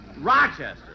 Rochester